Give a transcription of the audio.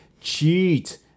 cheat